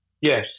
Yes